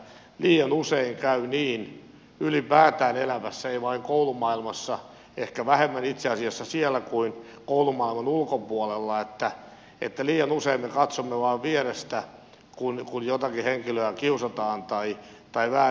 liian usein käy niin ylipäätään elämässä ei vain koulumaailmassa ehkä vähemmän itse asiassa siellä kuin koulumaailman ulkopuolella että liian usein me katsomme vain vierestä kun jotakin henkilöä kiusataan tai väärin kohdellaan